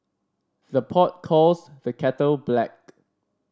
the pot calls the kettle black